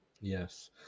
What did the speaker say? Yes